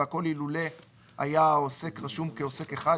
והכול אילולא היה העוסק רשום כעוסק אחד